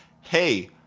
hey